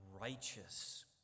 righteous